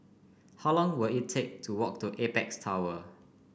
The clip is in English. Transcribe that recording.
how long will it take to walk to Apex Tower